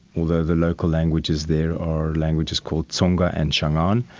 although the local languages there are languages called tsonga and shangaan.